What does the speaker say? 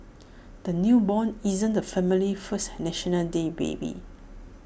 the newborn isn't the family's first National Day baby